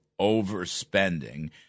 overspending